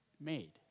made